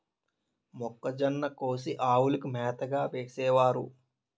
మొక్కజొన్న కోసి ఆవులకు మేతగా వేసినారు